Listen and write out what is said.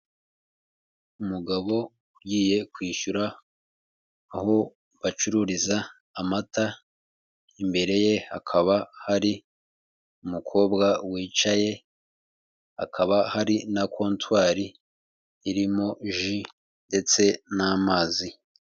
Umugabo ugiye kwishyura aho bacururiza amata, imbere ye hakaba hari umukobwa wicaye, hakaba hari na Kontwari irimo ji ndetse n'amazi.